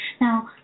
Now